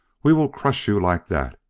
we will crush you like that!